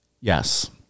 Yes